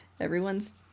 everyone's